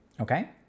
Okay